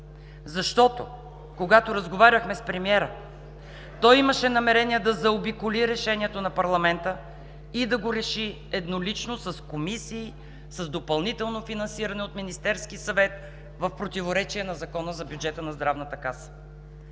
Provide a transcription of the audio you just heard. Защото, когато разговаряхме с премиера, той имаше намерение да заобиколи Решението на парламента и да го реши еднолично с комисии, с допълнително финансиране от Министерския съвет, в противоречие със Закона за бюджета на Здравната каса.